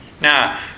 Now